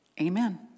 Amen